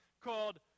called